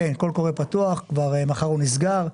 כן, קול קורא פתוח, מחר הוא כבר נסגר,